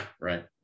Right